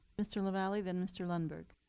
mr. la valley, then mr. lundberg.